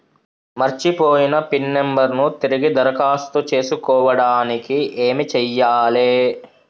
మర్చిపోయిన pin number ను తిరిగి దరఖాస్తు చేసుకోవడానికి ఏమి చేయాలే?